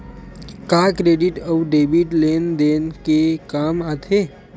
का क्रेडिट अउ डेबिट लेन देन के काम आथे?